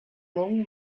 long